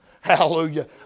hallelujah